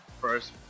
first